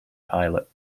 pilot